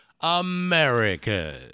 America